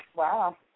Wow